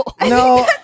No